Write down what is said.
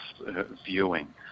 viewing